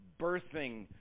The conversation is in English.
birthing